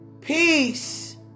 peace